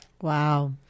Wow